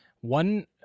One